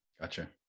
gotcha